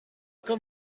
kan